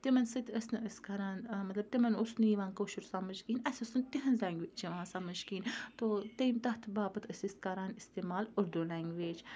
تِمَن سۭتۍ ٲسۍ نہٕ أسۍ کَران مطلب تِمَن اوس نہٕ یِوان کٲشُر سَمٕجھ کِہیٖںۍ اَسہِ اوس نہٕ تِہٕنٛز لینٛگویج یِوان سَمٕجھ کِہیٖنۍ تو تیٚمۍ تَتھ باپَتھ أسۍ ٲسۍ کَران استعمال اُردوٗ لینٛگویج